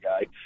guy